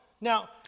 Now